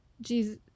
Jesus